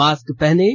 mask पहनें